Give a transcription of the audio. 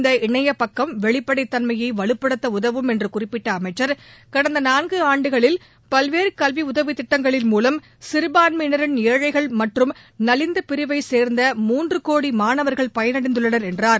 இந்த இணைய பக்கம் வெளிப்படைத் தன்மையை வலுப்படுத்த உதவும் என்று குறிப்பிட்ட அமைச்சர் கடந்த நான்கு ஆண்டுகளில் பல்வேறு கல்வி உதவி திட்டங்களின் மூலம் சிறபான்மையினரில் ஏழைகள் மற்றம் நலிந்த பிரிவைச் சேர்ந்த மூன்று கோடி மாணவர்கள் பயனடைந்துள்ளனர் என்றார்